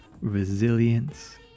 resilience